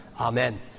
Amen